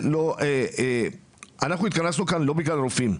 אנחנו התכנסנו לכאן לא בגלל רופאים.